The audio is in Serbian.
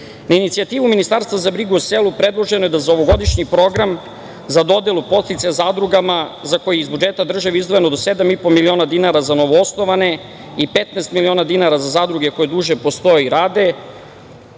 inicijativu Ministarstva za brigu o selu predloženo je da za ovogodišnji program za dodelu podsticaja zadrugama za koje iz budžeta države je izdvojeno do 7,5 miliona dinara za novoosnovane i 15 miliona dinara za zadruge koje duže postoje i rade,